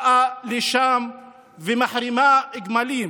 באה לשם ומחרימה גמלים.